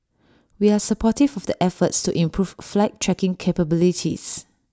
we are supportive of the efforts to improve flight tracking capabilities